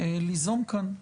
ליזום כאן.